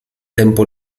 tempo